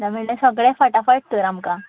ना म्हणल्यार सगळें फटा फट तर आमकां